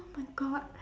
oh my god